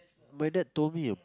my dad told me